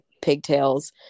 pigtails